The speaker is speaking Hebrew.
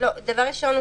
דבר ראשון,